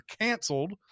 canceled